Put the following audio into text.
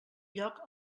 lloc